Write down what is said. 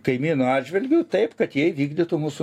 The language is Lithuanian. kaimynų atžvilgiu taip kad jie įvykdytų mūsų